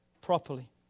properly